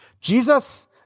Jesus